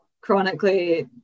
chronically